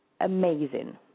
amazing